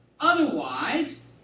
Otherwise